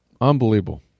Unbelievable